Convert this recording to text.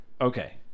Okay